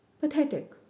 Pathetic